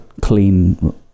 clean